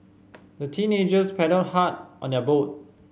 the teenagers paddled hard on their boat